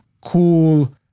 cool